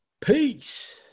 Peace